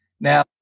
Now